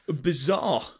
bizarre